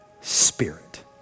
Spirit